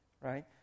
Right